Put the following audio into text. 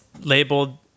labeled